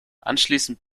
anschließend